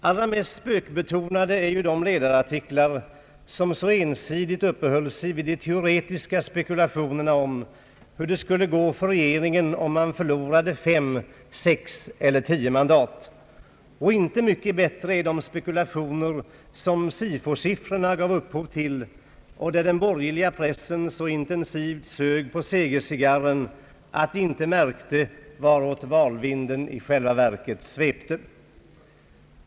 Allra mest spökbetonade är de ledarartiklar som så ensidigt uppehöll sig vid de teoretiska spekulationerna om hur det skulle gå för regeringen om man förlorade 5, 6 eller 10 mandat. Och inte mycket bättre är de spekulationer som Sifosiffrorna gav upphov till, i det den borgerliga pressen så intensivt sög på »segercigarren» att den inte märkte varåt valvinden i själva verket svepte.